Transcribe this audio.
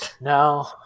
no